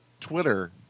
Twitter